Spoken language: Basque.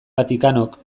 vaticanok